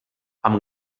amb